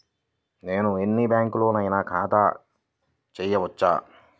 నేను ఎన్ని బ్యాంకులలోనైనా ఖాతా చేయవచ్చా?